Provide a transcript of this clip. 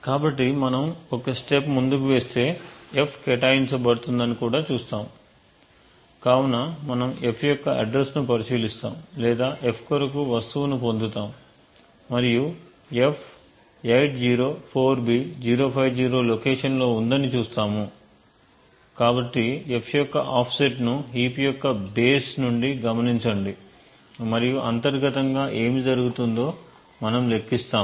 కాబట్టి మనం ఒక స్టెప్ ముందుకు వేస్తే f కేటాయించబడుతుందని కూడా చూస్తాము కాబట్టి మనం f యొక్క అడ్రస్ ను పరిశీలిస్తాము లేదా f కొరకు వస్తువును పొందుతాము మరియు f 804b050 లొకేషన్లో ఉందని చూస్తాము కాబట్టి f యొక్క ఆఫ్సెట్ ను హీప్ యొక్క బేస్ నుండి గమనించండి మరియు అంతర్గతంగా ఏమి జరుగుతుందో మనం లెక్కిస్తాము